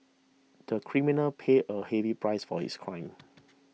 the criminal paid a heavy price for his crime